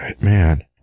man